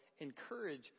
encourage